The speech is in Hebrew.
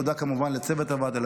תודה כמובן לצוות הוועדה,